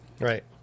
Right